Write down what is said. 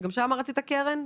שגם שם רצית קרן.